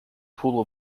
pool